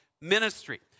ministry